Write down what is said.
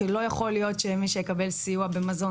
כי לא יכול להיות שמי שיקבל סיוע במזון